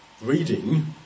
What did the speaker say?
reading